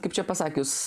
kaip čia pasakius